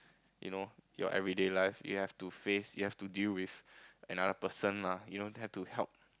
you know your everyday life you have to face you have to deal with another person lah you know have to help